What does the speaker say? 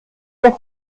der